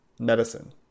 medicine